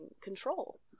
control